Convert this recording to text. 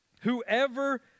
Whoever